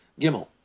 Gimel